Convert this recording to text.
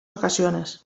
ocasiones